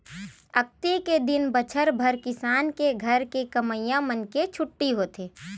अक्ती के दिन बछर भर किसान के घर के कमइया मन के छुट्टी होथे